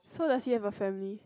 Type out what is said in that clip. so does he have a family